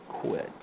quit